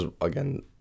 again